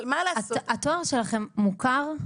אבל מה לעשות -- התואר שלכם מוכר?